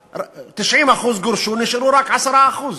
1948. אחרי הנכבה, 90% גורשו, נשארו רק 10%,